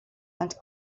and